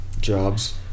Jobs